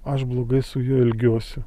aš blogai su juo elgiuosi